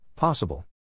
Possible